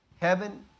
Heaven